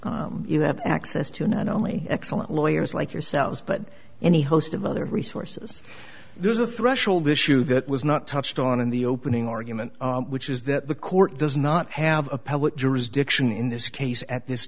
you have access to not only excellent lawyers like yourselves but any host of other resources there's a threshold issue that was not touched on in the opening argument which is that the court does not have appellate jurisdiction in this case at this